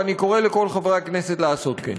ואני קורא לכל חברי הכנסת לעשות כן.